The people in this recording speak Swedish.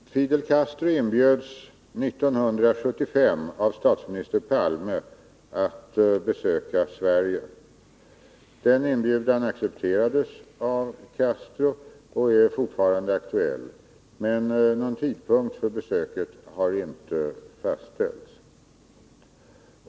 Herr talman! Fidel Castro inbjöds 1975 av statsminister Olof Palme att besöka Sverige. Den inbjudan accepterades av Castro och är fortfarande aktuell. Men någon tidpunkt för besöket har inte fastställts.